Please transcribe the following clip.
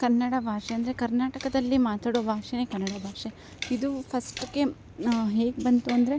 ಕನ್ನಡ ಭಾಷೆ ಅಂದರೆ ಕರ್ನಾಟಕದಲ್ಲಿ ಮಾತಾಡೋ ಭಾಷೆಯೇ ಕನ್ನಡ ಭಾಷೆ ಇದು ಫಸ್ಟ್ಗೆ ನ ಹೇಗೆ ಬಂತು ಅಂದರೆ